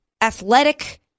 athletic